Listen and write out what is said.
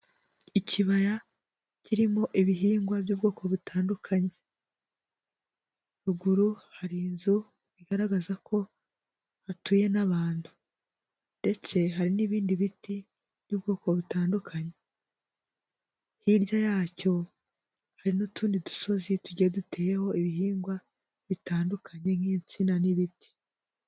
Ikibaya kirimo ibihingwa by'ubwoko butandukanye. ruguru hari inzu bigaragaza ko hatuye n'abantu, ndetse hari n'ibindi biti by'ubwoko butandukanye. Hirya yacyo, hari n'utundi dusozi tugiye duteyeho ibihingwa bitandukanye nk'insina n'ibiti.